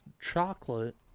chocolate